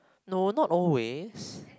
no not always